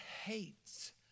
hates